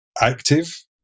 active